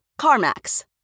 CarMax